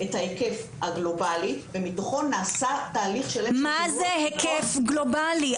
את היקף הגלובלי ומתוכו נעשה תהליך שלם של --- מה זה היקף גלובלי?